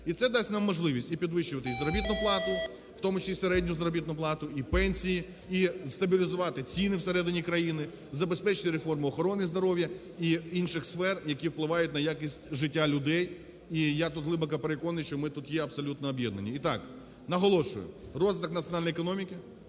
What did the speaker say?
І це дасть нам можливість і підвищувати і заробітну плату, в тому числі і середню заробітну плату, і пенсії, і стабілізувати ціни в середині країни, забезпечити реформу охорони здоров'я і інших сфер, які впливають на якість життя людей. І я тут глибоко переконаний, що ми тут є абсолютно об'єднані. І так, наголошую, розвиток національної економіки,